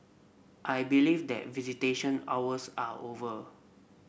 I believe that visitation hours are over